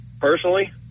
personally